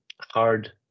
hard